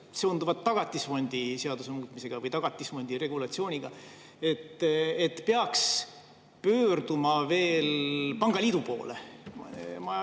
seonduvad Tagatisfondi seaduse muutmisega või Tagatisfondi regulatsiooniga, peaks pöörduma veel pangaliidu poole.